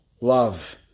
love